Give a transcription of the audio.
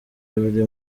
buri